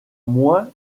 moins